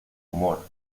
humor